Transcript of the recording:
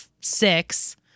six